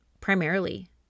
primarily